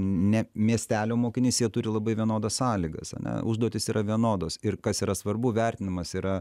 ne miestelio mokinys jie turi labai vienodas sąlygas ane užduotis yra vienodos ir kas yra svarbu vertinimas yra